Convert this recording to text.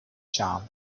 charm